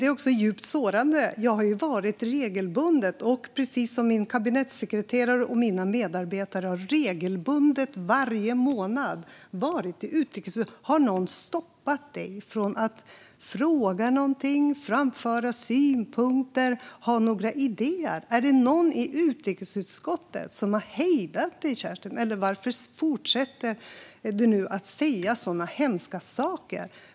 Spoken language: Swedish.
Fru talman! Detta är djupt sårande. Jag, min kabinettssekreterare och mina medarbetare har regelbundet varje månad varit i utrikesutskottet. Har någon stoppat dig, Kerstin Lundgren, från att fråga något, framföra synpunkter och ha idéer? Är det någon i utrikesutskottet som har hejdat dig? Varför fortsätter du annars att säga dessa hemska saker?